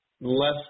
less